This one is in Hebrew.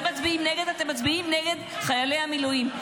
נגד, אתם מצביעים נגד חיילי המילואים.